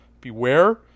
beware